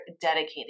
dedicated